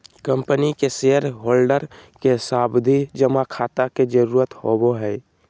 company के shareholder के सावधि जमा खाता के जरूरत होवो हय